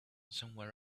somewhere